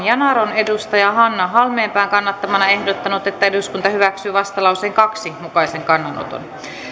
yanar on hanna halmeenpään kannattamana ehdottanut että eduskunta hyväksyy vastalauseen kahden mukaisen kannanoton